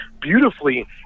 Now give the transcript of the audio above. beautifully